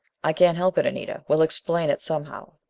i can't help it, anita. we'll explain it, somehow.